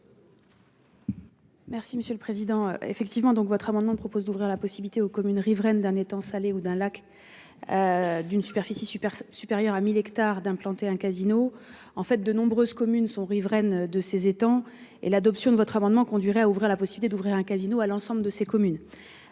Merci, monsieur le Président effectivement donc votre amendement propose d'ouvrir la possibilité aux communes riveraines d'un étang salé ou d'un lac. D'une superficie super supérieures à 1000 hectares d'implanter un casino en fait de nombreuses communes sont riveraines de ces étant et l'adoption de votre amendement conduirait à ouvrir la possibilité d'ouvrir un casino à l'ensemble de ces communes.